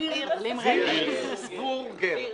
וירצבורגר.